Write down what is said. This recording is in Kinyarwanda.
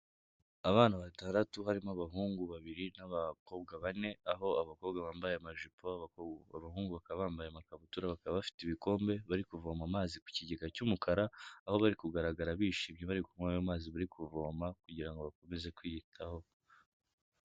Abana batandatu harimo abahungu babiri n'abakobwa bane, aho abakobwa bambaye amajipo abahungu bakaba bambaye amakabutura, bakaba bafite ibikombe bari kuvoma amazi ku kigega cy'umukara, aho bari kugaragara bishimye bari kunywa ayo mazi bari kuvoma, kugira ngo bakomeze kwiyitaho.